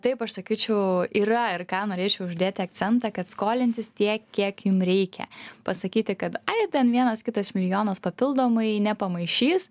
taip aš sakyčiau yra ir ką norėčiau uždėti akcentą kad skolintis tiek kiek jum reikia pasakyti kad ai ten vienas kitas milijonas papildomai nepamaišys